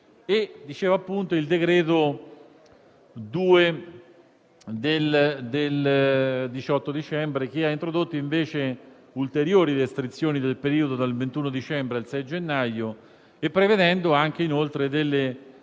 il decreto del 18 dicembre che ha introdotto invece ulteriori restrizioni del periodo dal 21 dicembre al 6 gennaio, prevedendo anche delle misure di